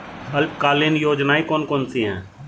अल्पकालीन योजनाएं कौन कौन सी हैं?